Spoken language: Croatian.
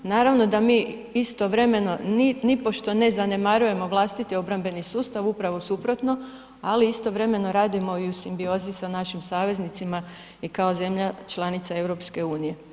Naravno da mi istovremeno nipošto ne zanemarujemo vlastiti obrambeni sustav, upravo suprotno, ali istovremeno radimo i u simbiozi sa našim saveznicima i kao zemlja članica EU.